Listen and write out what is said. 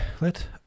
let